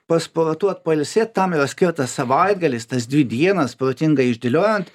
pasportuot pailsėt tam yra skirtas savaitgalis tas dvi dienas protingai išdėliojant